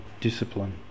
discipline